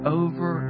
over